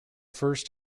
first